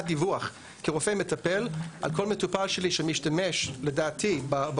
דיווח כרופא מטפל על כל מטופל שלי שמשתמש לדעתי או